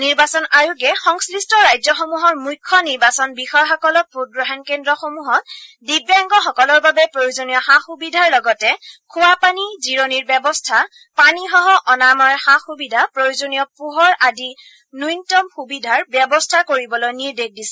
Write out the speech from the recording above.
নিৰ্বাচন আয়োগে সংশ্লিষ্ট ৰাজ্যসমূহৰ মুখ্য নিৰ্বাচন বিষয়াসকলক ভোটগ্ৰহণ কেন্দ্ৰ সমূহত দিব্যাংগসকলৰ বাবে প্ৰয়োজনীয় সা সবিধাৰ লগতে খোৱাপানী জিৰণীৰ ব্যৱস্থা পানীসহ অনাময়ৰ সা সুবিধা প্ৰয়োজনীয় পোহৰ আদি ন্যনতম সুবিধাৰ ব্যৱস্থা কৰিবলৈ নিৰ্দেশ দিছে